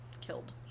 killed